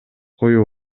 коюу